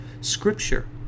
Scripture